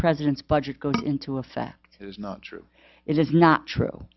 president's budget goes into effect is not true it is not true